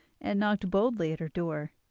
and knocked boldly at her door.